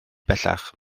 bellach